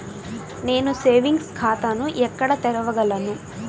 నేను సేవింగ్స్ ఖాతాను ఎక్కడ తెరవగలను?